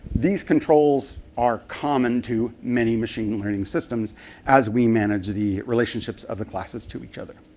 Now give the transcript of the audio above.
these controls are common to many machine learning systems as we manage the relationships of the classes to each other.